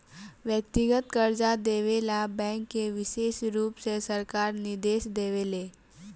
व्यक्तिगत कर्जा देवे ला बैंक के विशेष रुप से सरकार निर्देश देवे ले